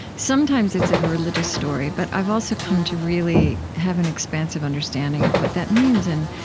sometimes it's a religious story, but i've also come to really have an expansive understanding of what that means. and,